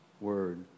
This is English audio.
word